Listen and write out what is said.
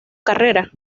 carrera